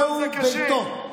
זהו ביתו.